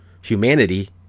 humanity